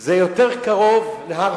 זה יותר קרוב להר-חוצבים,